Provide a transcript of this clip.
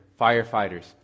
firefighters